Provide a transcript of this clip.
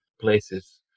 places